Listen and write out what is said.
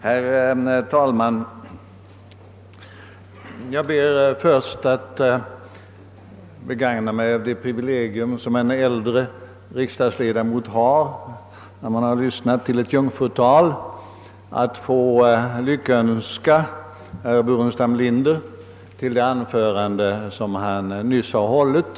Herr talman! Jag ber först att få begagna det privilegium som en äldre riksdagsledamot har när han lyssnat till ett jungfrutal och lyckönska herr Burenstam Linder till det anförande som han nyss har hållit.